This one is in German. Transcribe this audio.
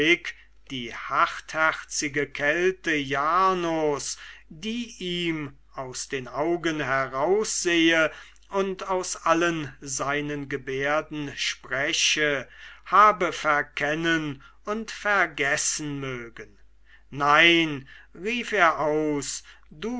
die hartherzige kälte jarnos die ihm aus den augen heraussehe und aus allen seinen gebärden spreche habe verkennen und vergessen mögen nein rief er aus